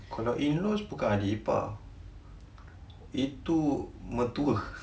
kalau in-laws bukan adik ipar itu mertua